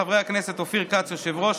חבר הכנסת אופיר כץ יושב-ראש,